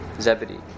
Zebedee